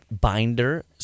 binder